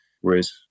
Whereas